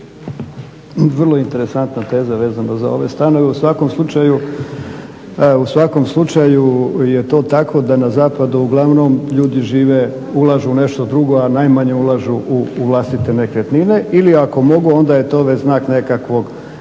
Vrlo interesantna teza vezano za ove stanove. U svakom slučaju je to tako da na zapadu uglavnom ljudi žive, ulažu u nešto drugo, a najmanje ulažu u vlastite nekretnine. Ili ako mogu onda je to već znak nekakvog višeg